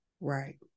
Right